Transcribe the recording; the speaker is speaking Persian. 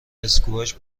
اسکواش